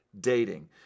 dating